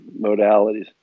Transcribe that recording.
modalities